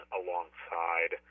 alongside –